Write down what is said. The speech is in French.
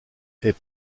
est